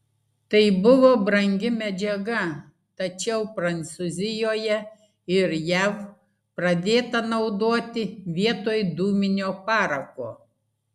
tai buvo brangi medžiaga tačiau prancūzijoje ir jav pradėta naudoti vietoj dūminio parako